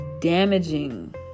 damaging